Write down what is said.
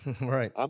Right